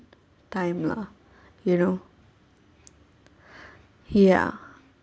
time lah you know ya